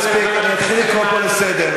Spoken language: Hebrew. מספיק, אני אתחיל לקרוא פה לסדר.